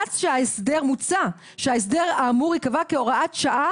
"מוצע שההסדר האמור יקבע כהוראת שעה